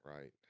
right